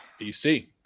bc